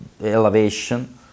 elevation